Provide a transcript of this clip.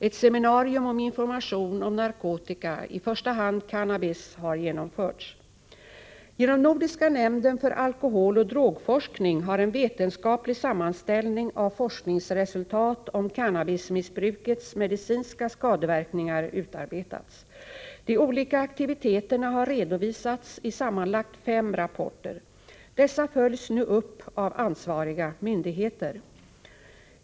Ett seminarium om information om narkotika — i första hand cannabis — har genomförts. Genom nordiska nämnden för alkoholoch drogforskning har en vetenskaplig sammanställning av forskningsresultat om cannabismissbrukets medicinska skadeverkningar utarbetats. De olika aktiviteterna har redovisats i sammanlagt fem rapporter. Dessa följs nu upp av ansvariga myndigheter.